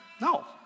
no